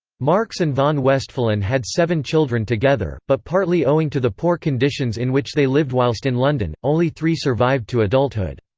marx and von westphalen had seven children together, but partly owing to the poor conditions in which they lived whilst in london, only three survived to adulthood.